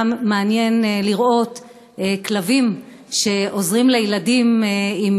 היה מעניין לראות כלבים שעוזרים לילדים עם